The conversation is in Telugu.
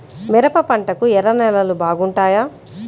మిరప పంటకు ఎర్ర నేలలు బాగుంటాయా?